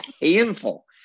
painful